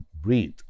breathe